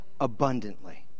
abundantly